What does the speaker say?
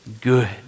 good